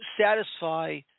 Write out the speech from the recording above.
satisfy